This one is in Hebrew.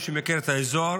מי שמכיר את האזור.